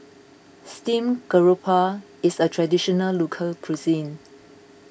Steamed Garoupa is a Traditional Local Cuisine